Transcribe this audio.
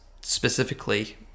specifically